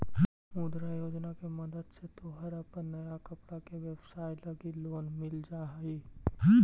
मुद्रा योजना के मदद से तोहर अपन नया कपड़ा के व्यवसाए लगी लोन मिल जा हई